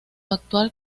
actual